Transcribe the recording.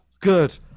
Good